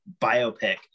biopic